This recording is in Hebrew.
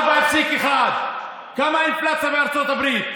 4.1%. כמה האינפלציה בארצות הברית?